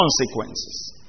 consequences